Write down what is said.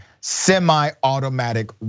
semi-automatic